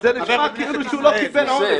זה נשמע כאילו שהוא לא קיבל עונש.